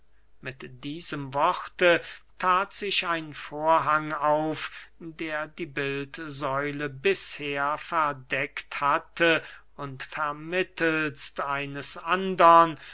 mit diesem worte that sich ein vorhang auf der die bildsäule bisher verdeckt hatte und vermittelst eines andern